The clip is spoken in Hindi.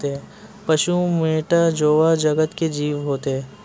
पशु मैटा जोवा जगत के जीव होते हैं